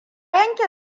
yanke